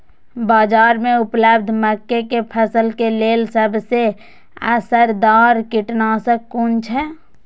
बाज़ार में उपलब्ध मके के फसल के लेल सबसे असरदार कीटनाशक कुन छै?